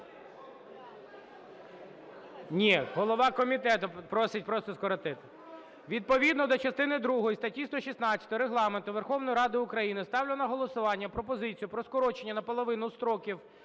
Ні. Голова комітету просить просто скоротити. Відповідно до частини другої статті 116 Регламенту Верховної Ради України ставлю на голосування пропозицію про скорочення наполовину строків